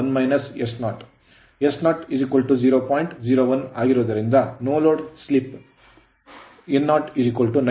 01 ಆಗಿರುವುದರಿಂದ no load no load slip slip n0 99 rpm ಆಗಿರುತ್ತದೆ